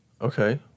okay